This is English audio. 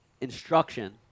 instruction